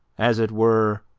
as it were,